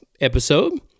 episode